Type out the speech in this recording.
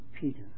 Peter